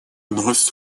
нас